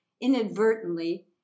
inadvertently